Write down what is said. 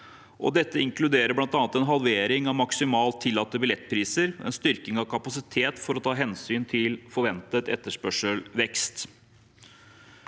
Dette inkluderer bl.a. en halvering av maksimalt tillatte billettpriser og en styrking av kapasitet for å ta hensyn til forventet etterspørselsvekst.